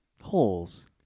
Holes